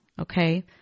Okay